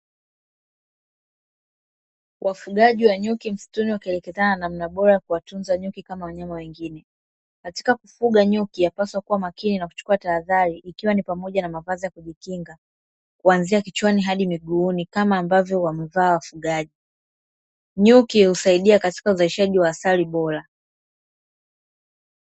Wafugaji wa nyuki msituni wakielekezana namna bora ya kuwatunza nyuki kama wanyama wengine, katika kufuga nyuki yapaswa kuwa makini na kuchukua tahadhari ikiwa ni pamoja na mavazi ya kujikinga kuanzia kichwani hadi miguuni kama ambavyo wamevaa wafugaji, nyuki husaidia katika uzalishaji wa asali bora.